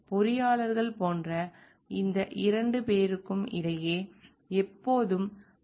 எனவே பொறியாளர்கள் போன்ற இந்த 2 பேருக்கும் இடையே எப்போதும் அறிவு இடைவெளி இருக்கலாம்